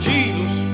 Jesus